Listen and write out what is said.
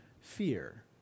fear